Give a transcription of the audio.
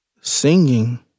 Singing